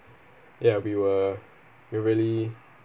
ya we were we're really